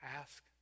Ask